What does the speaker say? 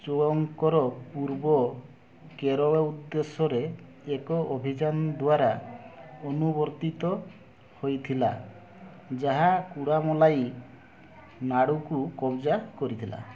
ଚୋଳଙ୍କର ପୂର୍ବ କେରଳ ଉଦ୍ଦେଶ୍ୟରେ ଏକ ଅଭିଯାନ ଦ୍ଵାରା ଅନୁବର୍ତ୍ତିତ ହୋଇଥିଲା ଯାହା କୁଡ଼ାମଲାଇ ନାଡ଼ୁକୁ କବ୍ଜା କରିଥିଲା